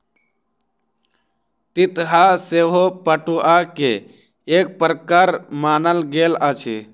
तितहा सेहो पटुआ के एक प्रकार मानल गेल अछि